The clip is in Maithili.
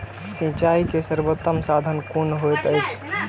सिंचाई के सर्वोत्तम साधन कुन होएत अछि?